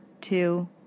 two